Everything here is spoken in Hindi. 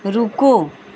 रुको